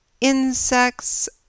insects